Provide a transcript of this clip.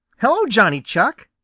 hello, johnny chuck!